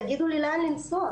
תגידו לי לאן לנסוע,